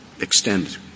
extend